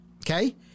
Okay